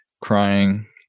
crying